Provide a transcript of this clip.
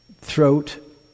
throat